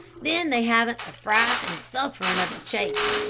then they haven't the fright and suffering of the chase.